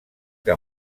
que